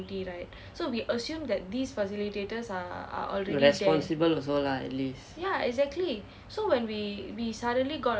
responsible also lah at least